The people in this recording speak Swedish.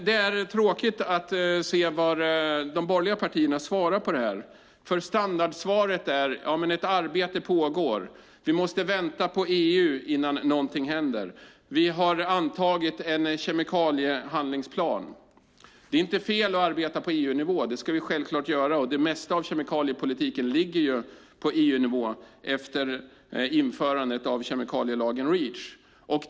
Det är tråkigt att se vad de borgerliga partierna svarar på det här. Standardsvaret är: Ett arbete pågår. Vi måste vänta på EU innan någonting händer. Vi har antagit en kemikaliehandlingsplan. Det är inte fel att arbeta på EU-nivå, det ska vi självklart göra. Det mesta av kemikaliepolitiken ligger på EU-nivå efter införandet av kemikaliförordningen Reach.